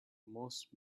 most